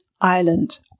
island